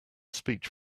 speech